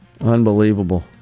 Unbelievable